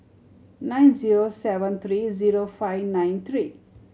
nine zero seven three zero five nine three